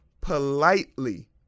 politely